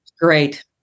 great